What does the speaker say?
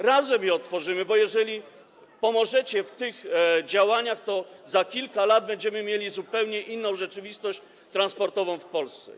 Razem je odtworzymy, bo jeżeli pomożecie w tych działaniach, to za kilka lat będziemy mieli zupełnie inną rzeczywistość transportową w Polsce.